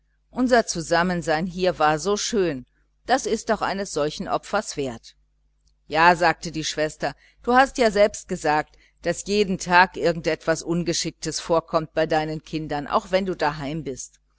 unser zusammensein hier war so schön das ist doch auch eines opfers wert ja sagte die schwester du hast ja selbst gesagt daß jeden tag irgend etwas ungeschicktes vorkommt bei deinen kindern auch wenn du daheim bist